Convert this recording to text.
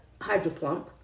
hydroplump